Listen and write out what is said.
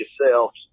yourselves